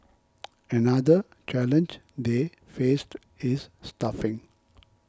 another challenge they faced is staffing